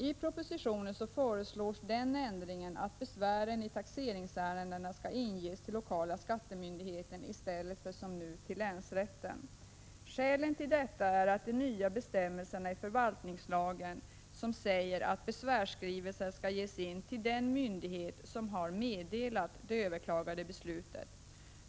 I propositionen föreslås den ändringen att besvär i taxeringsärenden skall inges till lokala skattemyndigheter i stället för som nu till länsrätterna. Skälen till detta är de nya bestämmelserna i förvaltningslagen som säger att besvärsskrivelser skall ges in till den myndighet som har meddelat det överklagade beslutet.